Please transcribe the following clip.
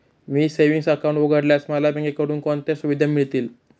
मी savings account उघडल्यास मला बँकेकडून कोणत्या सुविधा मिळतील?